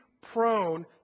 prone